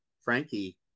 Frankie